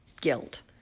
guilt